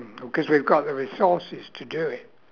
cause we have got the resources to do it